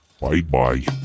Bye-bye